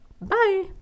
Bye